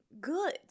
good